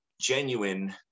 genuine